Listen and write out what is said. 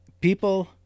people